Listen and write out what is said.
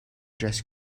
dress